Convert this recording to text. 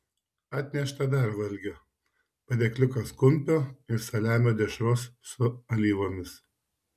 atnešta dar valgio padėkliukas kumpio ir saliamio dešros su alyvomis